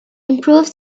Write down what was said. improves